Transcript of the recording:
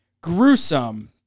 gruesome